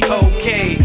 okay